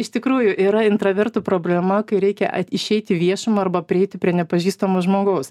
iš tikrųjų yra intravertų problema kai reikia išeiti į viešumą arba prieiti prie nepažįstamo žmogaus